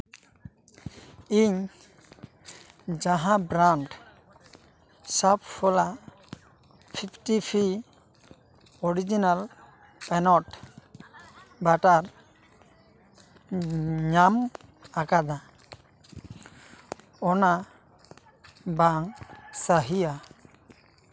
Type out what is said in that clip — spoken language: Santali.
ᱤᱧ ᱡᱟᱦᱟᱸ ᱵᱨᱟᱱᱰ ᱥᱟᱯᱷᱚᱞᱟ ᱯᱷᱤᱯᱴᱤ ᱯᱷᱤ ᱚᱨᱤᱡᱤᱱᱟᱞ ᱯᱮᱱᱚᱴ ᱵᱟᱴᱟᱨ ᱧᱟᱢ ᱟᱠᱟᱫᱟ ᱚᱱᱟ ᱵᱟᱝ ᱥᱟᱺᱦᱤᱭᱟ